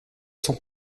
son